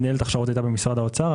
מינהלת ההכשרות הייתה במשרד האוצר,